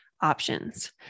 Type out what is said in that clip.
options